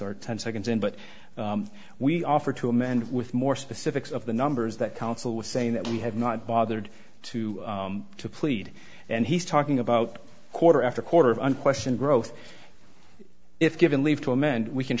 or ten seconds in but we offer to amend with more specifics of the numbers that counsel was saying that we have not bothered to to plead and he's talking about quarter after quarter of unquestioned growth if given leave to amend we can